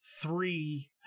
three